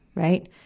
right.